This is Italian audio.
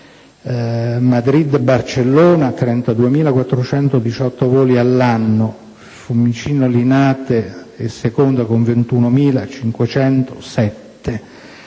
(Madrid-Barcellona ha 32.418 voli all'anno, Fiumicino-Linate è seconda con 21.507)